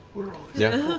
yeah.